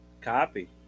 Copy